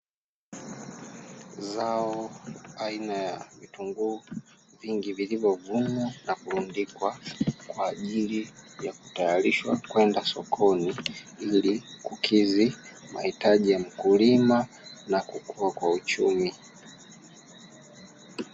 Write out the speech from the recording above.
Zao aina ya vitunguu vingi vilivyovunwa na kurundikwa kwa ajili ya kutayarishwa kwenda sokoni ili kukidhi mahitaji ya mkulima na kukua kwa uchumi.